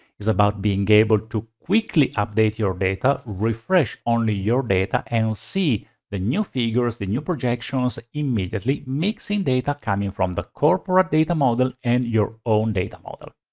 it's about being able to quickly update your data, refresh only your data and see the new figures, the new projections immediately, mixing data coming from the corporate data model and your own data model.